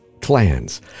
clans